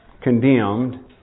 condemned